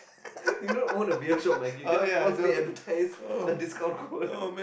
you don't own a beer shop Mikey you cannot falsely advertise a discount code